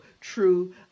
True